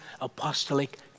apostolic